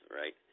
right